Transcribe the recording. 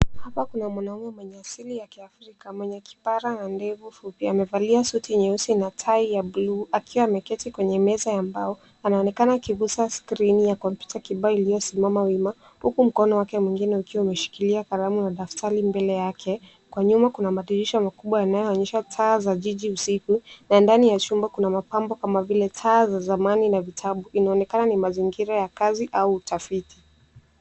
Hapa kuna mwanamume mwenye asili ya kiafrika mwenye kipara na ndevu fupi. Amevalia suti nyeusi na tai ya bluu. Akiwa ameketi kwenye meza ya mbao, anaonekana akigusa skrini ya kompyuta kibao iliyosimamama wima, huku mkono wake mwingine ukiwa umeshikilia kalamu na daftari mbele yake. Kwa nyuma kuna madirisha makubwa yanayoonyesha taa za jiji usiku, na ndani ya chumba kuna mapambo kama vile taa za zamani na vitabu. Inaonekana ni mazingira ya kazi au utafiti.